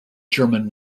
german